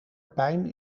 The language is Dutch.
pijn